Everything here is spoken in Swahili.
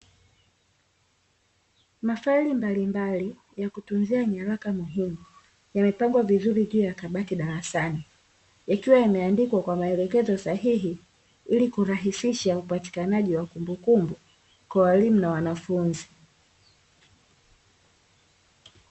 Mafaili mbalimbali ya kutunzia nyaraka muhimu, yamepangwa vizuri juu ya kabati darasani. Yakiwa yameandikwa kwa maelekezo sahihi ili kurahisisha upatikanaji wa kumbukumbu kwa walimu na wanafunzi.